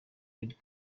red